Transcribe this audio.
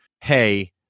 hey